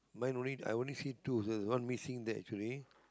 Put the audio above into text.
mine only I only see the one missing that truly